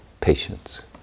patience